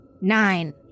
nine